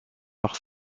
leur